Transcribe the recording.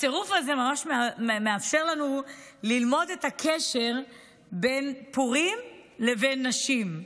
הצירוף הזה ממש מאפשר לנו ללמוד את הקשר בין פורים לבין נשים.